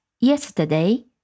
yesterday